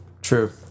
True